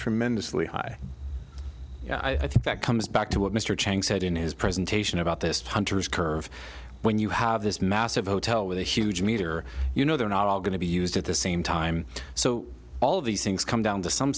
tremendously high i think that comes back to what mr chang said in his presentation about this hunter's curve when you have this massive hotel huge meter you know they're not all going to be used at the same time so all of these things come down to some